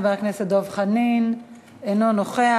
חבר הכנסת דב חנין, אינו נוכח.